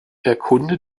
erkunde